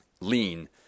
lean